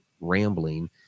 rambling